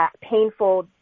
painful